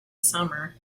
summer